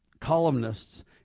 columnists